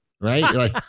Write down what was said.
right